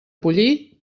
pollí